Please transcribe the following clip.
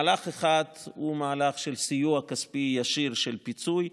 מהלך אחד הוא מהלך של סיוע כספי ישיר של פיצוי.